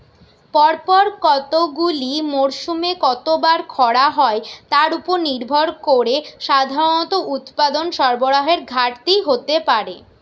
পরপর কতগুলি মরসুমে কতবার খরা হয় তার উপর নির্ভর করে সাধারণত উৎপাদন সরবরাহের ঘাটতি হতে পারে